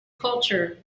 culture